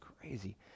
crazy